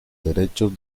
derechos